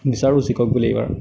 বিচাৰো জিকক বুলি এইবাৰ